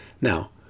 Now